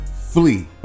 flee